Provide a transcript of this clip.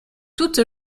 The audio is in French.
toute